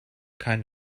kind